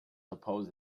oppose